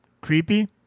creepy